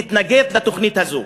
נתנגד לתוכנית הזו.